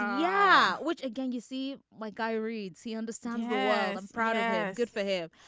yeah. which again you see my guy reads he understands product. good for him.